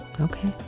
Okay